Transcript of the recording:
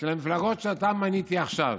של המפלגות שאותן מניתי עכשיו,